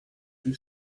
lui